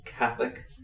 Catholic